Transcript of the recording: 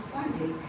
Sunday